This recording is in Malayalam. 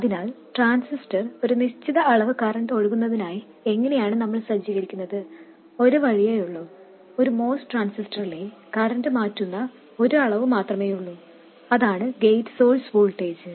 അതിനാൽ ട്രാൻസിസ്റ്റർ ഒരു നിശ്ചിത അളവ് കറന്റ് ഒഴുകുന്നതിനായി എങ്ങനെയാണ് നമ്മൾ സജ്ജീകരിക്കുന്നത് ഒരു വഴിയേയുള്ളൂ ഒരു MOS ട്രാൻസിസ്റ്ററിലെ കറന്റ് മാറ്റുന്ന ഒരു അളവ് മാത്രമേയുള്ളൂ അതാണ് ഗേറ്റ് സോഴ്സ് വോൾട്ടേജ്